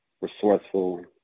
resourceful